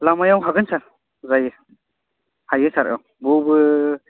लामायाव हागोन सार जायो हायो सार औ बेयावबो